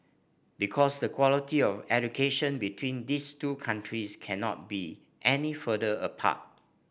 because the quality of education between these two countries cannot be any further apart